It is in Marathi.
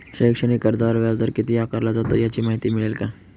शैक्षणिक कर्जावर व्याजदर किती आकारला जातो? याची माहिती मिळेल का?